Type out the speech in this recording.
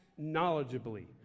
knowledgeably